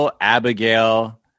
Abigail